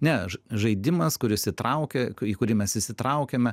ne žaidimas kuris įtraukia į kurį mes įsitraukiame